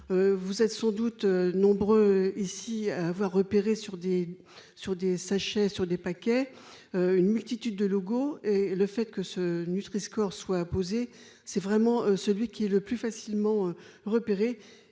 vous êtes sans doute nombreux ici à avoir repéré sur des sur des sachets sur des paquets, une multitude de logo, le fait que ce nutriscore soit poser c'est vraiment celui qui est le plus facilement repérés,